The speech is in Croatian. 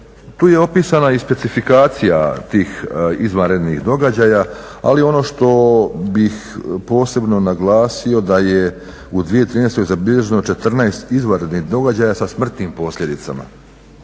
Tu je opisana i specifikacija tih izvanrednih događaja, ali ono što bih posebno naglasio da je u 2013.zabilježeno 14 izvanrednih događaja sa smrtnim posljedicama.